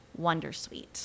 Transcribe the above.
wondersuite